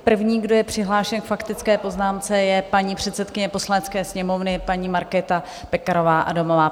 První, kdo je přihlášen k faktické poznámce, je paní předsedkyně Poslanecké sněmovny Markéta Pekarová Adamová.